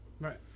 Right